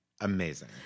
Amazing